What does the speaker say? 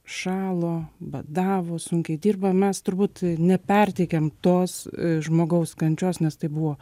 šalo badavo sunkiai dirbo mes turbūt neperteikiam tos žmogaus kančios nes tai buvo